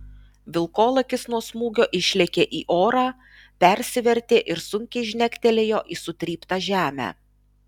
vilkolakis nuo smūgio išlėkė į orą persivertė ir sunkiai žnektelėjo į sutryptą žemę